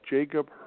Jacob